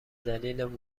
دلیل